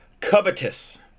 Covetous